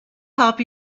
help